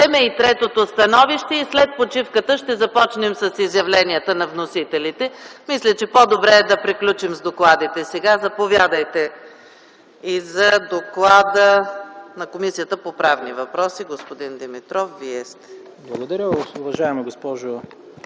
прочетем и третото становище и след почивката ще започнем с изявленията на вносителите. Мисля, че е по-добре да приключим с докладите сега. Заповядайте за доклада на Комисията по правни въпроси, господин Димитров. ДОКЛАДЧИК ТОДОР ДИМИТРОВ: Благодаря, уважаема госпожо